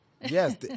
Yes